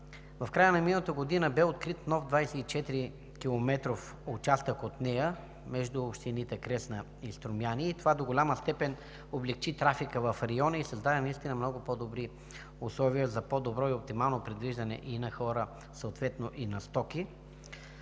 В края на миналата година бе открит нов 24-километров участък от нея между общините Кресна и Струмяни и това до голяма степен облекчи трафика в района и създаде много по-добри условия за по-добро и оптимално придвижване на хора и стоки.